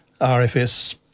RFS